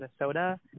minnesota